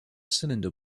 cylinder